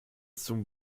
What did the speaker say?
zum